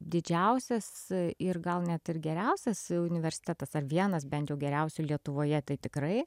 didžiausias ir gal net ir geriausias universitetas ar vienas bent jau geriausių lietuvoje tai tikrai